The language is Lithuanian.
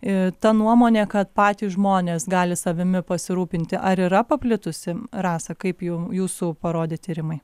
ir ta nuomonė kad patys žmonės gali savimi pasirūpinti ar yra paplitusi rasa kaip jum jūsų parodė tyrimai